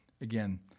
again